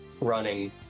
running